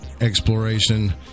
exploration